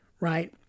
right